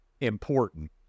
important